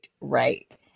right